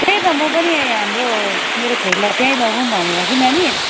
त्यही त म पनि हाम्रो मेरो छोरीलाई त्यहीँ लगाउँ भनेर कि नानी